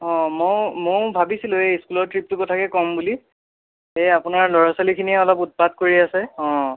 অঁ ময়ো ময়ো ভাবিছিলোঁ এই স্কুলৰ ট্ৰিপটোৰ কথাকে ক'ম বুলি এই আপোনাৰ ল'ৰা ছোৱালীখিনিয়ে অলপ উৎপাত কৰি আছে অঁ